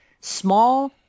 small